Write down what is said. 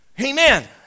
Amen